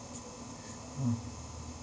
mm